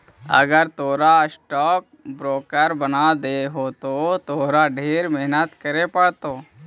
अगर तोरा stock broker बने के हो त तोरा ढेर मेहनत करे पड़तो